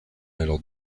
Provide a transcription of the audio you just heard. alors